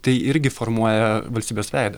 tai irgi formuoja valstybės veidą